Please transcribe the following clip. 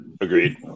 agreed